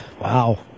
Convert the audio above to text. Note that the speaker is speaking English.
Wow